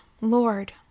Lord